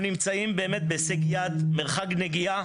אנחנו נמצאים בהישג יד, מרחק נגיעה